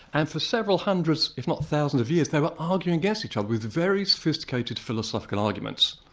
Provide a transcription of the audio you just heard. and for several hundreds, if not thousands of years, they were arguing against each other with very sophisticated philosophical arguments.